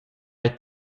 hai